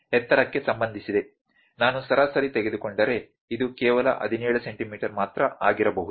ನಾನು ಸರಾಸರಿ ತೆಗೆದುಕೊಂಡರೆ ಇದು ಕೇವಲ 17 ಸೆಂಟಿಮೀಟರ್ ಮಾತ್ರ ಆಗಿರಬಹುದು